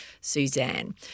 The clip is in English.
Suzanne